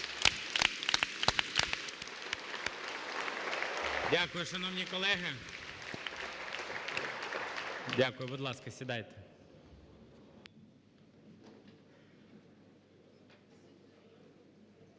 Дякую, шановні колеги. Дякую. Будь ласка, сідайте.